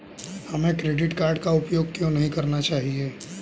हमें credit card का उपयोग क्यों नहीं करना चाहिए?